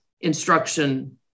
instruction